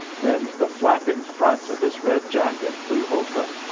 when the flapping front of his red jacket flew open,